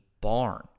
barn